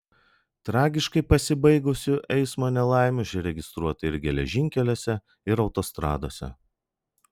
tragiškai pasibaigusių eismo nelaimių užregistruota ir geležinkeliuose ir autostradose